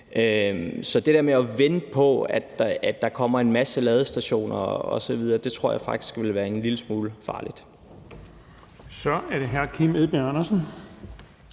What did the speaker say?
Så det der med at vente på, at der kommer en masse ladestationer osv., tror jeg faktisk ville være en lille smule farligt. Kl. 13:28 Den fg. formand